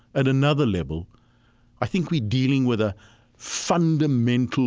and another level i think we're dealing with a fundamental